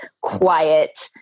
quiet